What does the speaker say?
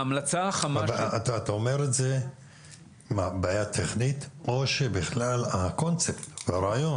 זאת בעיה טכנית או שיש בעיה בכלל בקונצפט, ברעיון?